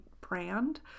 brand